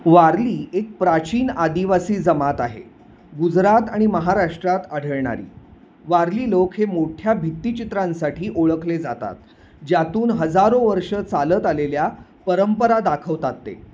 वारली एक प्राचीन आदिवासी जमात आहे गुजरात आणि महाराष्ट्रात अढळणारी वारली लोक हे मोठ्या भित्तीचित्रांसाठी ओळखले जातात ज्यातून हजारो वर्ष चालत आलेल्या परंपरा दाखवतात ते